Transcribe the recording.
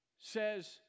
says